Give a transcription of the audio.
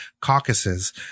caucuses